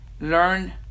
learn